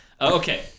Okay